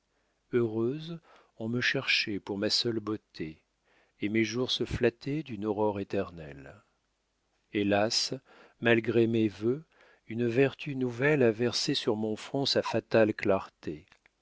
heureuse on me cherchait pour ma seule beauté et mes jours se flattaient d'une aurore éternelle hélas malgré mes vœux une vertu nouvelle a versé sur mon front sa fatale clarté